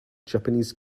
japanese